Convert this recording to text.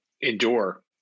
endure